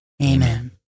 Amen